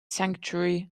sanctuary